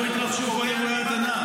איפה התרחשו כל אירועי התנ"ך?